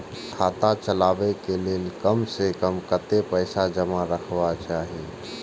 खाता चलावै कै लैल कम से कम कतेक पैसा जमा रखवा चाहि